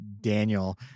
Daniel